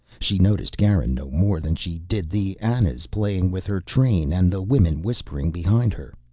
she noticed garin no more than she did the anas playing with her train and the women whispering behind her.